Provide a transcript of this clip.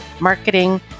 marketing